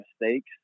mistakes